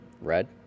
Red